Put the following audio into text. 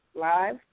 live